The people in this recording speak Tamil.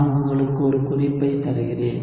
நான் உங்களுக்கு ஒரு குறிப்பை தருகிறேன்